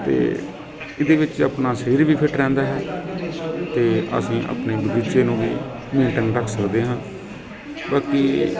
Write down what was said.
ਅਤੇ ਇਹਦੇ ਵਿੱਚ ਆਪਣਾ ਸਰੀਰ ਵੀ ਫਿਟ ਰਹਿੰਦਾ ਹੈ ਅਤੇ ਅਸੀਂ ਆਪਣੇ ਬਗੀਚੇ ਨੂੰ ਵੀ ਮੈਂਨਟੈਨ ਕਰ ਸਕਦੇ ਹਾਂ ਬਾਕੀ